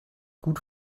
gut